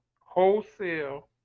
wholesale